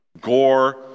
gore